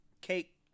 Cake